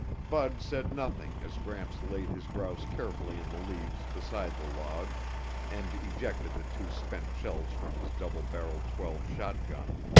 bud said nothing as gramps laid his grouse carefully in the leaves beside the log and ejected the two spent shells from his double-barreled twelve shotgun.